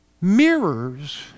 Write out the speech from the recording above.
mirrors